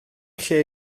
lle